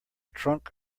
trunk